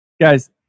Guys